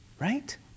right